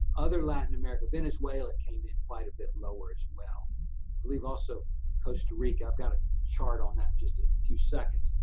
other latin america, venezuela came in quite a bit lower as well. i believe also costa rica, i've got a chart on that just a few seconds.